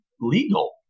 legal